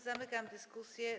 Zamykam dyskusję.